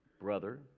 brother